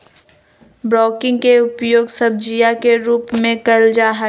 broccoli के उपयोग सब्जीया के रूप में कइल जाहई